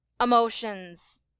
emotions